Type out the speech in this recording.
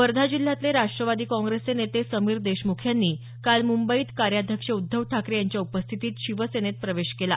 वर्धा जिल्ह्यातले राष्ट्रवादी काँग्रेसचे नेते समीर देशमुख यांनी काल मुंबईत कार्याध्यक्ष उद्धव ठाकरे यांच्या उपस्थितीत शिवसेनेत प्रवेश केला